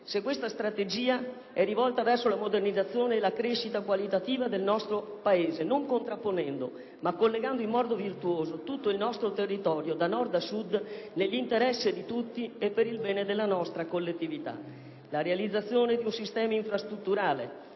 se questa strategia è rivolta verso la modernizzazione e la crescita qualitativa del nostro Paese, non contrapponendo ma collegando in modo virtuoso tutto il nostro territorio, da Nord a Sud, nell'interesse di tutti e per il bene della nostra collettività. La realizzazione di un sistema infrastrutturale